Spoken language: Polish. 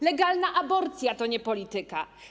Legalna aborcja to nie polityka.